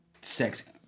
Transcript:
sex